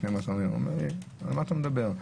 הוא אומר לי: על מה אתה מדבר?